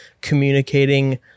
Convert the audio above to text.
communicating